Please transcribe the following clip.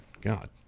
God